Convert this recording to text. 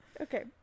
Okay